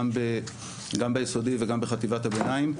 גם ביסודי וגם בחטיבת הביניים,